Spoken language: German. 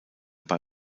bei